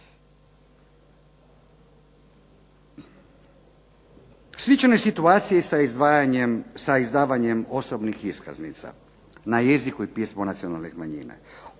Slična je situacija i sa izdavanjem osobnih iskaznica na jeziku i pismu nacionalnih manjina.